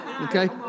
Okay